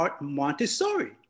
Montessori